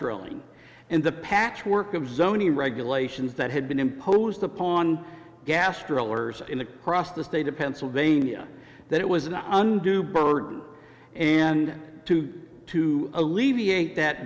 drilling and the patchwork of zoning regulations that had been imposed upon gas trailers in across the state of pennsylvania that it was an undue burden and to to alleviate that